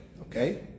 okay